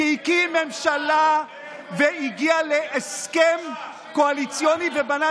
שהקים ממשלה והגיע להסכם קואליציוני ובנה